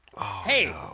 hey